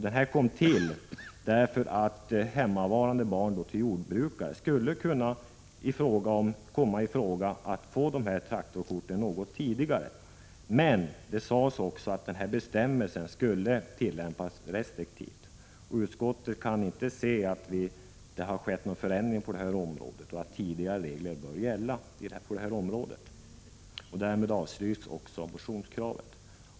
Bestämmelsen tillkom för att hemmavarande barn till jordbrukare skulle kunna få traktorkort något tidigare än normalt, men det framhölls att bestämmelsen skulle tillämpas restriktivt. Utskottet kan inte se att det har skett någon förändring på det här området, utan anser att de nuvarande reglerna bör gälla. Därmed avstyrks också motionskravet.